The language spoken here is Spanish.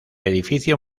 edificio